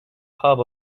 hub